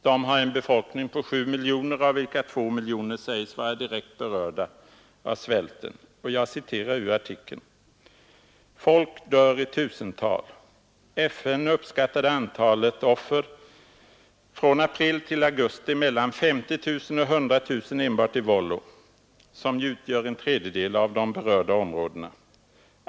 De har en befolkning på 7 miljoner, av vilka 2 miljoner sägs vara direkt berörda av svälten. Jag citerar ur artikeln: ”Folk dör i tusental. FN uppskattade antalet offer från april till augusti till mellan 50 000 och 100 000 enbart i Wollo, som utgör en tredjedel av de berörda områdena.